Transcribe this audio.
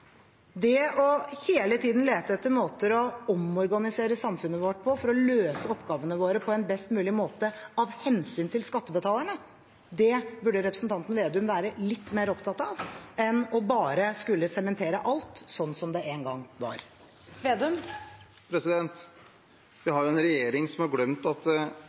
Det å hele tiden lete etter måter å omorganisere samfunnet på for å løse oppgavene våre på en best mulig måte av hensyn til skattebetalerne, burde representanten Vedum være litt mer opptatt av enn å bare skulle sementere alt slik det en gang var. Vi har en regjering som har glemt at